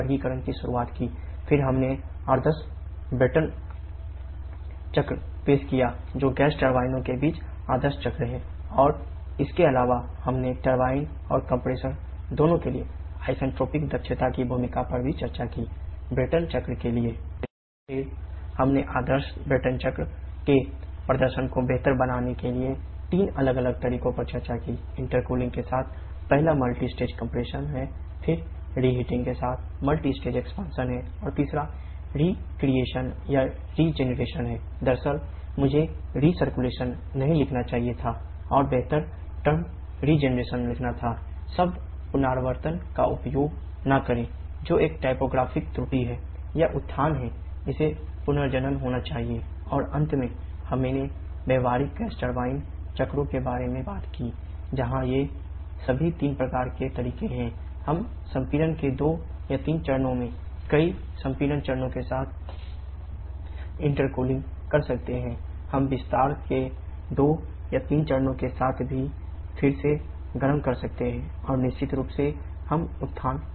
शब्द पुनरावर्तन का उपयोग न करें जो एक टाइपोग्राफिक कर सकते हैं हम विस्तार के 2 या 3 चरणों के साथ फिर से गरम कर सकते हैं और निश्चित रूप से हम उत्थान कर सकते हैं